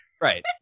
right